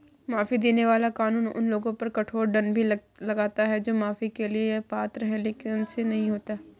माफी देने वाला कानून उन लोगों पर कठोर दंड भी लगाता है जो माफी के लिए पात्र हैं लेकिन इसे नहीं लेते हैं